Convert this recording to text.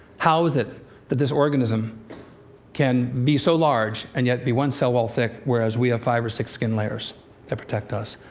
how is it that this organism can be so large, and yet be one cell wall thick, whereas we have five or six skin layers that protect us?